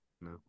no